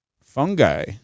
fungi